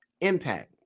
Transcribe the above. Impact